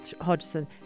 Hodgson